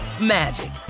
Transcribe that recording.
magic